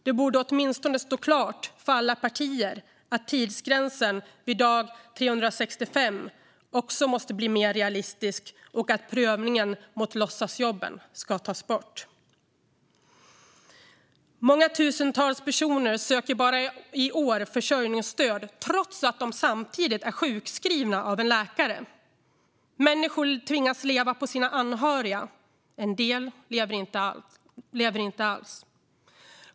Det borde åtminstone stå klart för alla partier att tidsgränsen vid dag 365 också måste bli mer realistisk och att prövningen mot låtsasjobben bör tas bort. Många tusentals personer söker bara i år försörjningsstöd trots att de samtidigt är sjukskrivna av en läkare. Människor tvingas leva på sina anhöriga. En del lever inte alls.